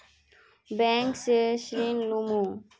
Bank से ऋण लुमू?